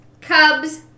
cubs